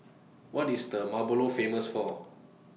What IS Malabo Famous For